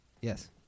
Yes